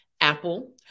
Apple